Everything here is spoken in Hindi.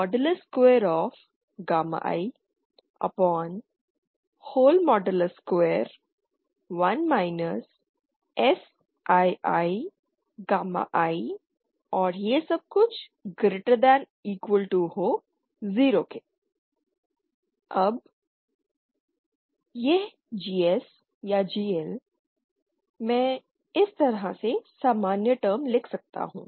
GTUGSG0GL Gi1 i21 Siii2≥0 अब यह GS या GL मैं इस तरह से सामान्य टर्म लिख सकता हूं